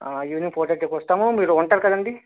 evening four తర్టీకి వస్తాము మీరు ఉంటారు కదండీ